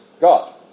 God